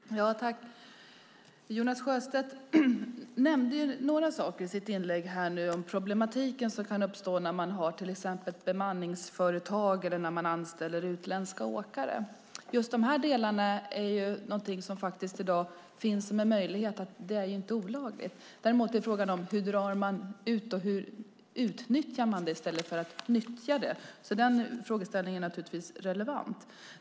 Herr talman! Jonas Sjöstedt nämnde några saker i sitt inlägg om problematiken som kan uppstå när man anlitar till exempel ett bemanningsföretag eller när man anställer utländska åkare. Just det här är inte olagligt, men frågan är hur man utnyttjar det i stället för att nyttja det. Den frågeställningen är naturligtvis relevant.